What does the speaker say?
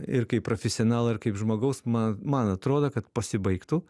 ir kaip profesionalo ir kaip žmogaus ma man atrodo kad pasibaigtų